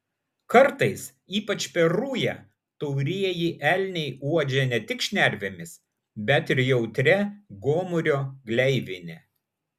kartais ypač per rują taurieji elniai uodžia ne tik šnervėmis bet ir jautria gomurio gleivine